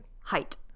Height